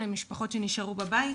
למשפחות שנשארו בבית,